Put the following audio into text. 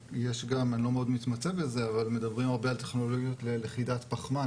אני לא מאוד מתמצא בזה אבל מדברים הרבה על טכנולוגיות ללכידת פחמן